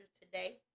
today